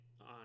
on